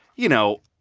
you know,